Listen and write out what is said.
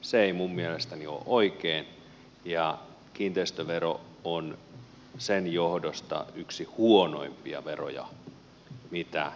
se ei minun mielestäni ole oikein ja kiinteistövero on sen johdosta yksi huonoimpia veroja mitä on